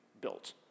built